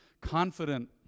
confident